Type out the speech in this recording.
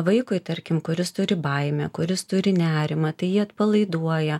vaikui tarkim kuris turi baimę kuris turi nerimą tai atpalaiduoja